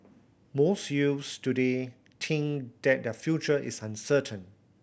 most youths today think that their future is uncertain